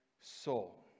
soul